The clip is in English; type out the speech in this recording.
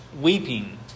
weeping